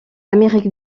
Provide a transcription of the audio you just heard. amérique